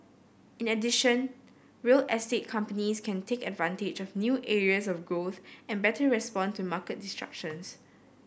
in addition real estate companies can take advantage of new areas of growth and better respond to market disruptions